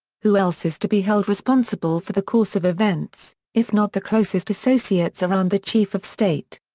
who else is to be held responsible for the course of events, if not the closest associates around the chief of state?